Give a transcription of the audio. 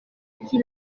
qui